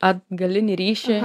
atgalinį ryšį